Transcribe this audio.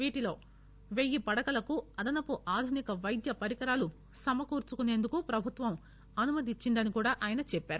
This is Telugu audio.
వీటిలో వెయ్యి పడకలకు అదనపు ఆధునిక వైద్య పరికరాలు సమాకూర్చుకునేందుకు ప్రభుత్వం అనుమతి ఇచ్చిందని చెప్పారు